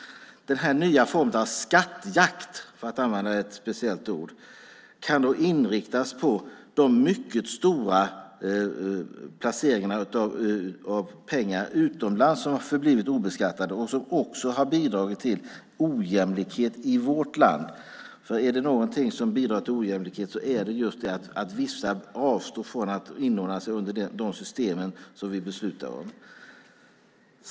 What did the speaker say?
Den här nya formen av skattjakt, för att använda ett lite speciellt ord, kan då inriktas på de mycket stora summor pengar som har placerats utomlands och som har förblivit obeskattade vilket också har bidragit till ojämlikhet i vårt land. Är det någonting som bidrar till ojämlikhet är det nämligen just det att vissa avstår från att inordna sig under de system som vi beslutar om.